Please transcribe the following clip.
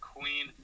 Queen